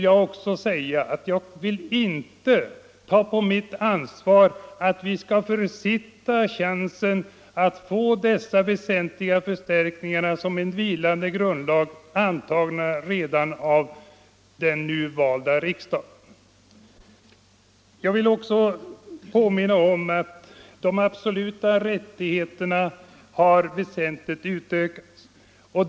Jag vill inte heller ta på mitt ansvar att vi skulle försitta chansen att få de nu föreslagna väsentliga förstärkningarna i form av en vilande grundlag antagna redan av den nu valda riksdagen. Jag vill också påminna om att de absoluta rättigheterna väsentligt har utökats.